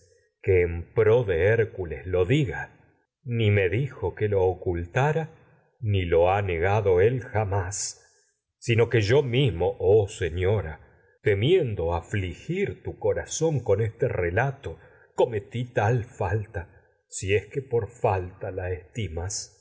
pues en pro de hércules lo diga ni me dijo que lo ocultara ni lo ha negado él jamás sino que yo mismo oh señora temiendo afligir tu corazón con este tal relato cometí y falta si es que por falta la estimas